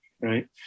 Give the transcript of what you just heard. right